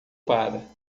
para